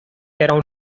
around